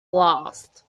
last